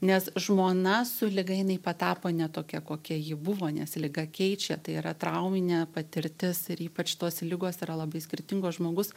nes žmona su liga jinai patapo ne tokia kokia ji buvo nes liga keičia tai yra trauminė patirtis ir ypač tos ligos yra labai skirtingos žmogus